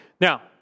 Now